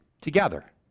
together